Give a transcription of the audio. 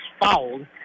fouled